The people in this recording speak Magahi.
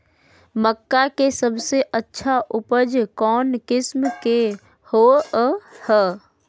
मक्का के सबसे अच्छा उपज कौन किस्म के होअ ह?